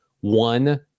one